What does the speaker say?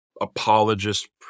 apologist